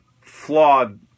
flawed